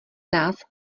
nás